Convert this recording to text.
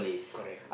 correct